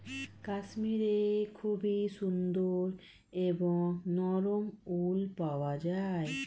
কাশ্মীরে খুবই সুন্দর এবং নরম উল পাওয়া যায়